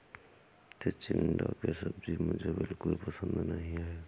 चिचिण्डा की सब्जी मुझे बिल्कुल पसंद नहीं है